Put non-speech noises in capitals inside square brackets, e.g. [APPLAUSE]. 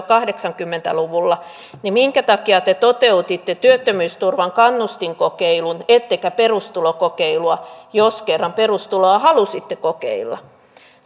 [UNINTELLIGIBLE] kahdeksankymmentä luvulla niin minkä takia te toteutitte työttömyysturvan kannustinkokeilun ettekä perustulokokeilua jos kerran perustuloa halusitte kokeilla